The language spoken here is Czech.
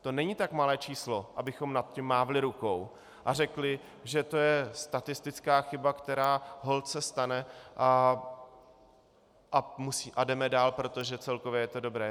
To není tak malé číslo, abychom nad tím mávli rukou a řekli, že to je statistická chyba, která se stane, a jdeme dál, protože celkově je to dobré.